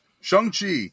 Shang-Chi